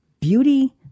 beauty